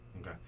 Okay